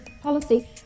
policy